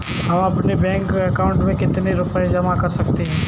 हम अपने bank account में कितने रुपये जमा कर सकते हैं?